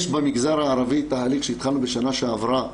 יש במגזר הערבי תהליך שהתחלנו בשנה שעברה,